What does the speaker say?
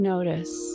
Notice